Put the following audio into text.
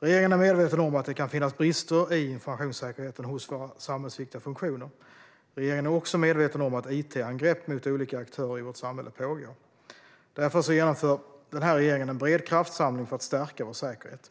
Regeringen är medveten om att det kan finnas brister i informationssäkerheten hos våra samhällsviktiga funktioner. Regeringen är också medveten om att it-angrepp mot olika aktörer i vårt samhälle pågår. Därför genomför den här regeringen en bred kraftsamling för att stärka vår säkerhet.